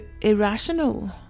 irrational